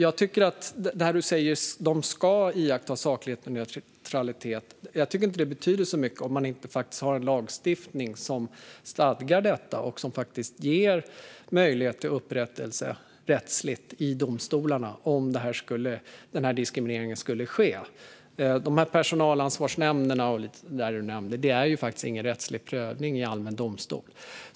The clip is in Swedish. Det du säger om att saklighet och neutralitet ska iakttas tycker jag inte betyder så mycket om man inte faktiskt har en lagstiftning som stadgar detta och som ger möjlighet till upprättelse, rättsligt i domstolarna, om den typen av diskriminering skulle ske. Personalansvarsnämnderna och det som du nämnde innebär ju faktiskt ingen rättslig prövning i allmän domstol.